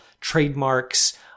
trademarks